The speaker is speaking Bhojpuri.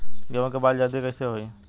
गेहूँ के बाल जल्दी कईसे होई?